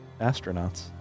astronauts